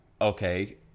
okay